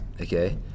okay